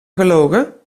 gelogen